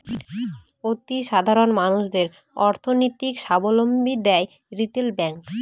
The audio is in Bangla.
অতি সাধারণ মানুষদের অর্থনৈতিক সাবলম্বী দেয় রিটেল ব্যাঙ্ক